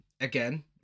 again